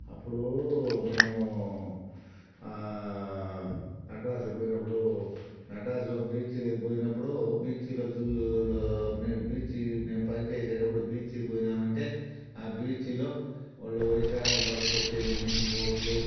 అప్పుడూ మేము మద్రాస్కు పోయినప్పుడు మద్రాస్లో బీచ్లోకి పోయినప్పుడు బీచ్లో జు మేము బీచి మేము పని చేసేటప్పుడు బీచ్కి పోయినామంటే బీచ్లో వాళ్ళు పోయి చేపలు పట్టుకొచ్చేది మిషన్ బోట్లు